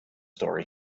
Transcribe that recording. story